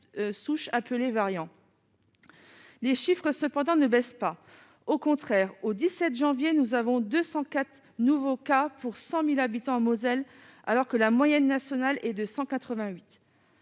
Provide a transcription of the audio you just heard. appelée variant les chiffres cependant ne baissent pas au contraire au 17 janvier nous avons 204 nouveaux cas pour 100000 habitants en Moselle, alors que la moyenne nationale est de 188.